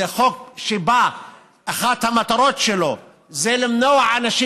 זה חוק שאחת המטרות שלו זה למנוע מאנשים